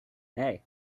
hey